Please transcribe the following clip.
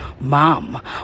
mom